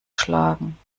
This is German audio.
schlagen